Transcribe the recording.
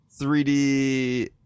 3d